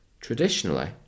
Traditionally